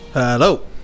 Hello